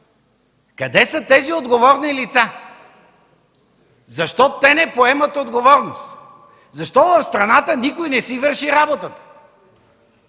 Къде са тези отговорни лица? Защо те не поемат отговорност? Защо в страната никой не си върши работата?